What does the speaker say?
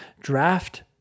Draft